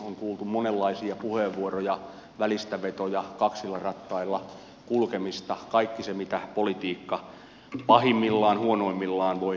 on kuultu monenlaisia puheenvuoroja välistävetoja kaksilla rattailla kulkemista kaikki se mitä politiikka pahimmillaan huonoimmillaan voi pitää sisällään